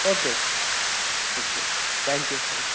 okay okay thank you sir